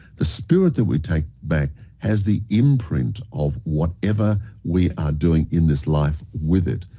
the spirit that we take back has the imprint of whatever we are doing in this life with it.